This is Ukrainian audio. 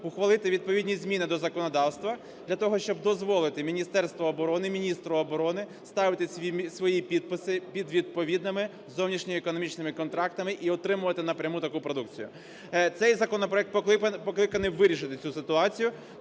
ухвалити відповідні зміни до законодавства для того, щоб дозволити Міністерству оборони, міністру оборони ставити свої підписи під відповідними зовнішньоекономічними контрактами і отримувати напряму таку продукцію. Цей законопроект покликаний вирішити цю ситуацію,